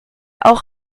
auch